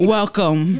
Welcome